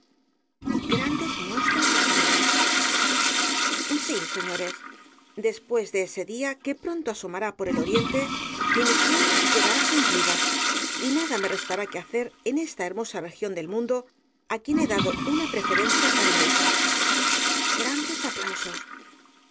al duque de la gloria grandes muestras de asombro sí señores después de ese día que pronto asomará por el oriente mi misión quedará cumplida y nada me restará que hacer en esta hermosa región del mundo á quien he dado una preferencia cariñosa